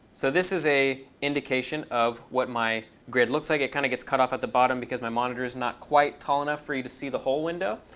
so this is an indication of what my grid looks like. it kind of gets cut off at the bottom, because my monitor is not quite tall enough for me to see the whole window.